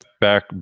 back